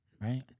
right